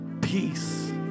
Peace